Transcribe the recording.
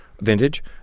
vintage